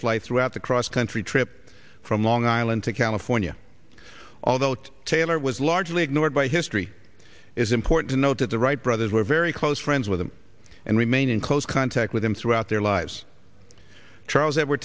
flight throughout the cross country trip from long island to california although taylor was largely ignored by history is important to note that the wright brothers were very close friends with him and remain in close contact with him throughout their lives charles